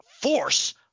force